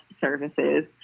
services